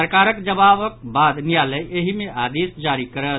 सरकारक जवाबक बाद न्यायालय एहि मे आदेश जारी करत